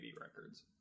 records